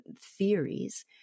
theories